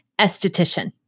Esthetician